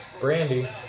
Brandy